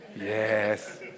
yes